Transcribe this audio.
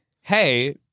Hey